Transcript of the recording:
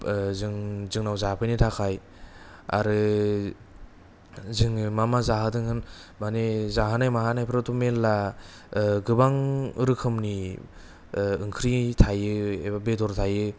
जों जोंनाव जाफैनो थाखाय आरो जोङो मा मा जाहोदों मानि जाहोनाय माहोनायफ्रावथ' मेरला गोबां रोखोमनि ओंख्रि थायो एबा बेदर थायो